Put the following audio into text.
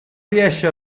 riesce